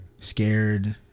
Scared